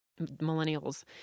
millennials